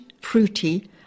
fruity